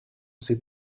ses